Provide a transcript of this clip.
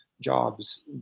jobs